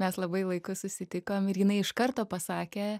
mes labai laiku susitikom ir jinai iš karto pasakė